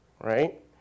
right